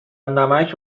نمک